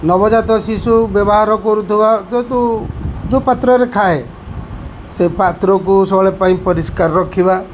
ନବଜାତ ଶିଶୁ ବ୍ୟବହାର କରୁଥିବା ଯେହେତୁ ଯେଉଁ ପାତ୍ରରେ ଖାଏ ସେ ପାତ୍ରକୁ ସବୁବେଳେ ପାଇଁ ପରିଷ୍କାର ରଖିବା